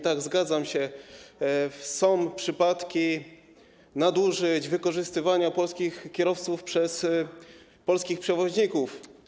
Tak, zgadzam się, są przypadki nadużyć, wykorzystywania polskich kierowców przez polskich przewoźników.